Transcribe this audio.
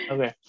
Okay